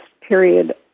period